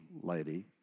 lady